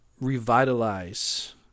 revitalize